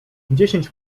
dziesięć